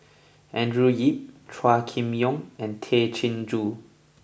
Andrew Yip Chua Kim Yeow and Tay Chin Joo